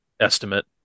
estimate